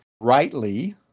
rightly